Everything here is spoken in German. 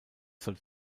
sollte